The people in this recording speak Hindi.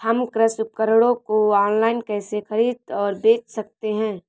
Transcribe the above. हम कृषि उपकरणों को ऑनलाइन कैसे खरीद और बेच सकते हैं?